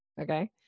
Okay